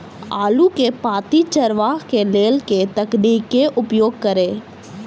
आलु केँ पांति चरावह केँ लेल केँ तकनीक केँ उपयोग करऽ?